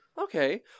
Okay